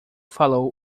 falou